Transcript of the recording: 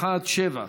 517,